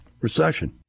Recession